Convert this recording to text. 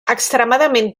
extremadament